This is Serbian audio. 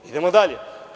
Idemo dalje.